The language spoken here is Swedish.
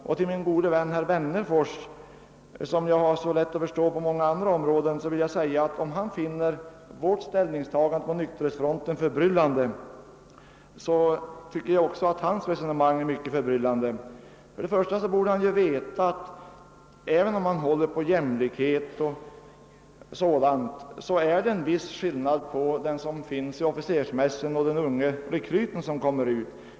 Och till min gode vän herr Wennerfors, som jag har så lätt att förstå i många andra sammanhang, vill jag säga att om han finner vårt ställningstagande på nykterhetsfronten förbryllande, så tycker jag att hans resonemang är mer förbryllande. Först och främst borde herr Wennerfors veta att även om han håller på jämlikhet och sådant måste man ändå säga sig, att det är en viss skillnad på dem som besöker officersmässen och de unga rekryterna.